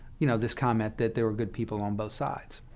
you know, this comment that there were good people on both sides,